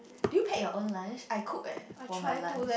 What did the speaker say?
do you pack your own lunch I cook eh for my lunch